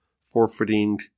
forfeiting